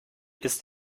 ist